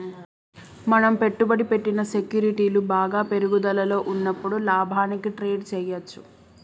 మనం పెట్టుబడి పెట్టిన సెక్యూరిటీలు బాగా పెరుగుదలలో ఉన్నప్పుడు లాభానికి ట్రేడ్ చేయ్యచ్చు